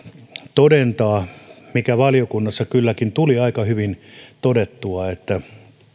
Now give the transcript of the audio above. todentaa sen mikä valiokunnassa kylläkin tuli aika hyvin todettua että